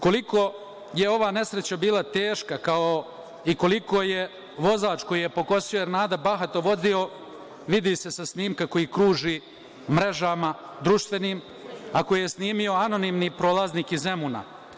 Koliko je ova nesreća bila teška i koliko je vozač koji je pokosio Ernada bahato vozio vidi se sa snimka koji kruži društvenim mrežama, a koji je snimio anonimni prolaznik iz Zemuna.